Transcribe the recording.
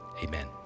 amen